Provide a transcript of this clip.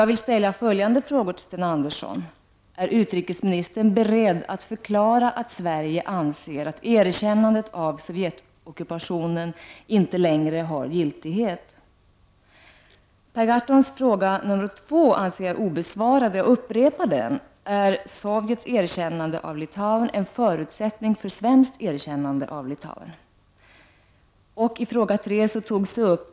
Jag vill ställa följande frågor till Sten Andersson: Är utrikesministern beredd att förklara att Sverige anser att erkännandet av den sovjetiska ockupationen inte längre har giltighet? Jag anser att Per Gahrtons andra fråga är obesvarad och därför upprepar jag den: Är Sovjets erkännande av Litauen en förutsättning för ett svenskt erkännande?